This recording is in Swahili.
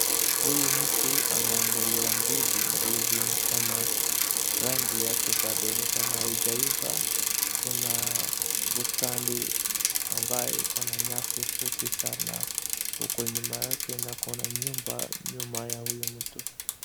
Huyu mtu anaangalia ndizi ndizi ni kama rangi yake bado ni kama haijaiva kuna bustani ambaye iko na nyasi fupi sana huko nyuma yake na kuna nyumba nyuma ya huyo mtu.